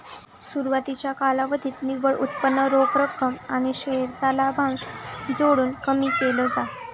सुरवातीच्या कालावधीत निव्वळ उत्पन्न रोख रक्कम आणि शेअर चा लाभांश जोडून कमी केल जात